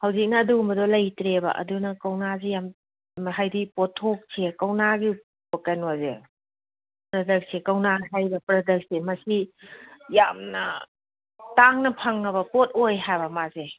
ꯍꯧꯖꯤꯛꯅ ꯑꯗꯨꯒꯨꯝꯕꯗꯣ ꯂꯩꯇ꯭ꯔꯦꯕ ꯑꯗꯨꯅ ꯀꯧꯅꯥꯁꯦ ꯌꯥꯝ ꯍꯥꯏꯗꯤ ꯄꯣꯠꯊꯣꯛꯁꯦ ꯀꯧꯅꯥꯒꯤ ꯀꯩꯅꯣꯁꯦ ꯄ꯭ꯔꯗꯛꯁꯦ ꯀꯧꯅꯥ ꯍꯥꯏꯔꯤꯕ ꯄ꯭ꯔꯗꯛꯁꯦ ꯃꯁꯤ ꯌꯥꯝꯅ ꯇꯥꯡꯅ ꯐꯪꯉꯕ ꯄꯣꯠ ꯑꯣꯏ ꯍꯥꯏꯕ ꯃꯥꯁꯦ